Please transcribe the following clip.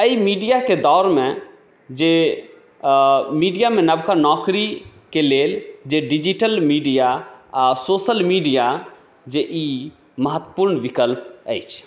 एहि मीडियाके दौरमे जे मीडियामे नबका नौकरीके लेल जे डिजिटल मीडिया आओर सोशल मीडिया जे ई महत्वपूर्ण विकल्प अछि